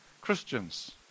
Christians